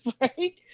right